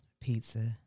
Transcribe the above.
Pizza